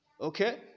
okay